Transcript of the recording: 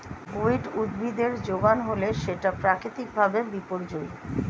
weed উদ্ভিদের যোগান হলে সেটা প্রাকৃতিক ভাবে বিপর্যোজী